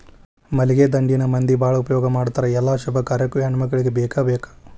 ಮಲ್ಲಿಗೆ ದಂಡೆನ ಮಂದಿ ಬಾಳ ಉಪಯೋಗ ಮಾಡತಾರ ಎಲ್ಲಾ ಶುಭ ಕಾರ್ಯಕ್ಕು ಹೆಣ್ಮಕ್ಕಳಿಗೆ ಬೇಕಬೇಕ